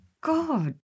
God